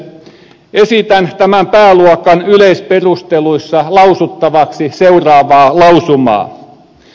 esitän tämän pääluokan yleisperusteluissa lausuttavaksi seuraavaa lausumaa